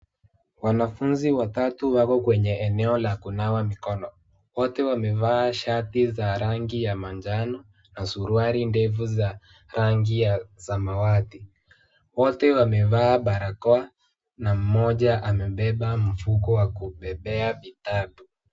Wanafunzi watatu wako kwenye eneo la kunawa mikono, wote wamevaa shati za rangi ya manjano na suruali ndefu za rangi ya samawati, wote wamevaa barakoa na mmoja amebeba mfuko wa kubebea vitabu.